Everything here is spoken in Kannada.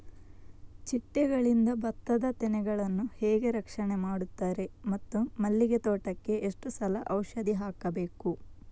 ಚಿಟ್ಟೆಗಳಿಂದ ಭತ್ತದ ತೆನೆಗಳನ್ನು ಹೇಗೆ ರಕ್ಷಣೆ ಮಾಡುತ್ತಾರೆ ಮತ್ತು ಮಲ್ಲಿಗೆ ತೋಟಕ್ಕೆ ಎಷ್ಟು ಸಲ ಔಷಧಿ ಹಾಕಬೇಕು?